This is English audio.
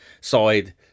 side